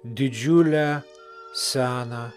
didžiulę seną